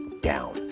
down